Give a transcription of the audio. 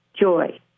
Joy